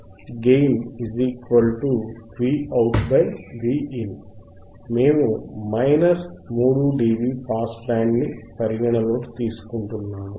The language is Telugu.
Gain Vout Vin మేము మైనస్ 3 dB పాస్ బ్యాండ్ పరిగణన లోకి తీసుకొంటున్నాము